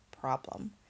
problem